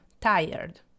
tired